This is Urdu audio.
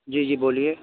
جی جی بولیے